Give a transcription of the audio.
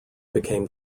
became